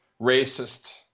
racist